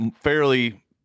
fairly